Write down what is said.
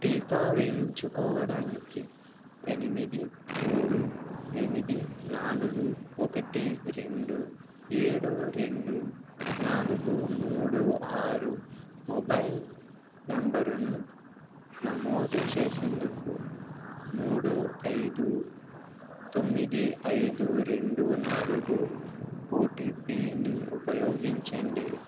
టీకా వేయించుకోవడానికి ఎనిమిది మూడు ఎనిమిది నాలుగు ఒకటి రెండు ఏడు రెండు నాలుగు మూడు ఆరు మొబైల్ నెంబరును నమోదు చేసేందుకు మూడు ఐదు తొమ్మిది ఐదు రెండు నాలుగు ఓటీపీని ఉపయోగించండి